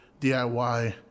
DIY